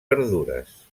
verdures